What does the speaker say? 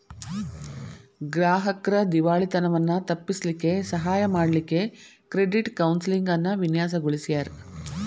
ಗ್ರಾಹಕ್ರ್ ದಿವಾಳಿತನವನ್ನ ತಪ್ಪಿಸ್ಲಿಕ್ಕೆ ಸಹಾಯ ಮಾಡ್ಲಿಕ್ಕೆ ಕ್ರೆಡಿಟ್ ಕೌನ್ಸೆಲಿಂಗ್ ಅನ್ನ ವಿನ್ಯಾಸಗೊಳಿಸ್ಯಾರ್